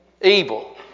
Evil